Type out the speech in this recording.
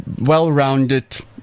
well-rounded